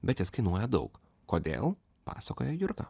bet jis kainuoja daug kodėl pasakoja jurga